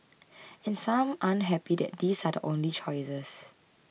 and some aren't happy that these are the only choices